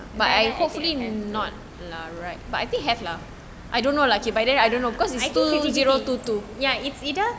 I think I have to ya I think ya it's either